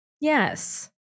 Yes